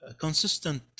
consistent